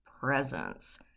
presence